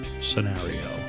scenario